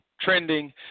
trending